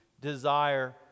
desire